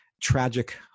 Tragic